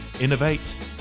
Innovate